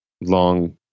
long